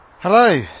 Hello